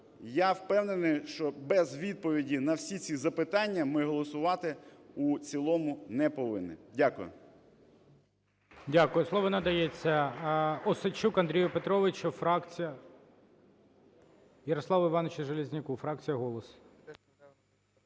я впевнений, що без відповіді на всі ці запитання ми голосувати у цілому не повинні. Дякую.